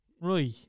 right